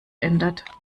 ändert